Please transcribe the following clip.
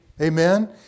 Amen